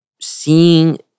seeing